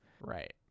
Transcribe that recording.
Right